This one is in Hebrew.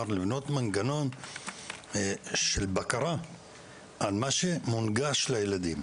לבנות מנגנון של בקרה על מה שמונגש לילדים